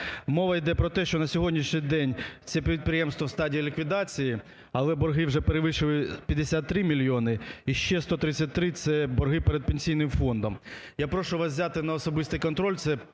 Мова йде про те, що на сьогоднішній день це підприємство в стадії ліквідації, але борги вже перевищили 53 мільйони і ще 133 – це борги перед Пенсійним фондом. Я прошу вас взяти на особистий контроль